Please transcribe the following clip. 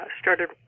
started